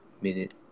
minute